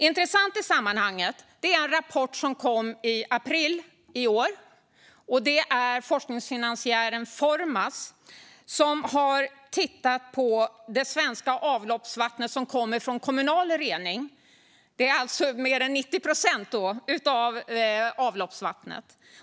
Intressant i sammanhanget är en rapport som kom i april i år. Forskningsfinansiären Formas har tittat på det svenska avloppsvattnet som kommer från kommunal rening, alltså mer än 90 procent av avloppsvattnet.